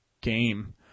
game